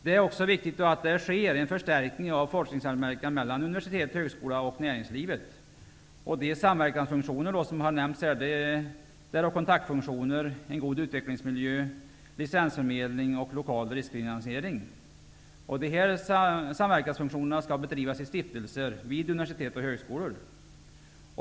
Det är också viktigt att det sker en förstärkning av forskningssamverkan mellan universitet/högskola och näringslivet. De samverkansfunktioner som har nämnts här är kontaktfunktioner, en god utvecklingsmiljö, licensförmedling och lokal riskfinansiering. Dessa samverkansfunktioner skall bedrivas i stiftelser vid universitet och högskolor.